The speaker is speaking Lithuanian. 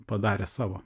padarė savo